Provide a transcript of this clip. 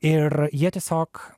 ir jie tiesiog